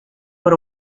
por